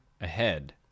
ahead